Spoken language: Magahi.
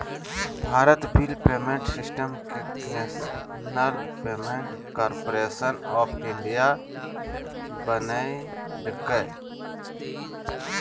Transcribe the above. भारत बिल पेमेंट सिस्टम के national payments corporation of India बनैल्कैय